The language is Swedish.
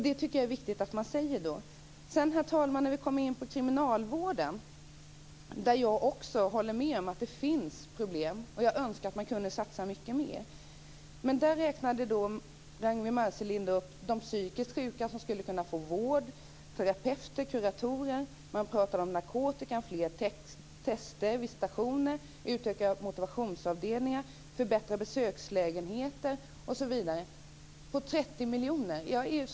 Det är viktigt att säga. Herr talman! Beträffande kriminalvården håller jag med om att det finns problem. Och jag önskar att man kunde satsa mycket mer. Ragnwi Marcelind räknade upp de psykiskt sjuka som skulle kunna få vård - terapeuter och kuratorer. Hon talade om narkotikan och om att fler test och visitationer skulle göras. Hon sade att motivationsavdelningarna skulle utökas, att besökslägenheterna skulle förbättras, osv. Allt detta ska ske med 30 miljoner kronor.